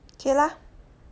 okay lah